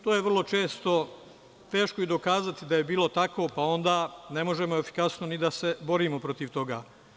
To je vrlo često teško i dokazati da je bilo tako, pa onda ne možemo efikasno ni da se borimo protiv toga.